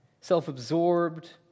self-absorbed